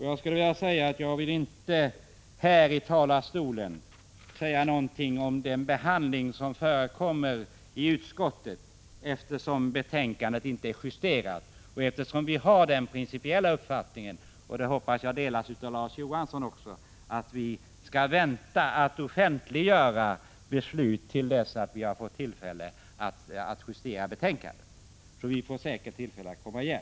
Jag vill inte här från talarstolen säga någonting om den behandling som förekommer i utskottet, eftersom betänkandet inte är justerat. Vi har den principiella uppfattningen — och jag hoppas att den också delas av Larz Johansson -— att vi skall vänta med att offentliggöra beslut till dess vi har kunnat justera betänkandet. Vi får säkert tillfälle att komma igen.